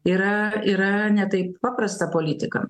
yra yra ne taip paprasta politikam